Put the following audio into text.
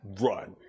Run